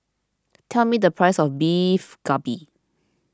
tell me the price of Beef Galbi